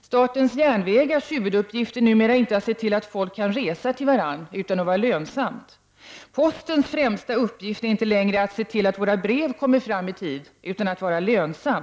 Statens järnvägars huvuduppgift är numera inte att se till att folk kan resa till varandra, utan dess huvuduppgift är att vara lönsamt. Postens främsta uppgift är inte längre att se till att våra brev kommer fram i tid, utan dess främsta uppgift är att vara lönsamt.